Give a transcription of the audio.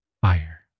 fire